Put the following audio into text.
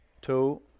two